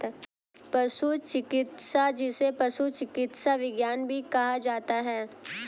पशु चिकित्सा, जिसे पशु चिकित्सा विज्ञान भी कहा जाता है